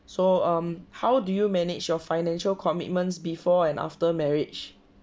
so um how do you manage your financial commitments before and after marriage